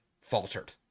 faltered